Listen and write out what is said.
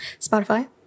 Spotify